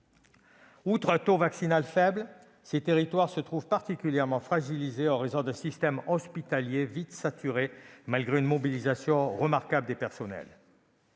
Outre un taux vaccinal faible, ces territoires se trouvent particulièrement fragilisés : le système hospitalier y est vite saturé, malgré une mobilisation remarquable des personnels.